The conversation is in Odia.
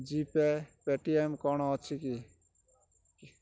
ଜିପେ ପେଟିଏମ୍ କ'ଣ ଅଛି କି